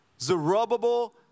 Zerubbabel